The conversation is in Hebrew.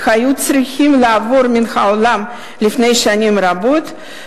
שהיו צריכים לעבור מן העולם לפני שנים רבות,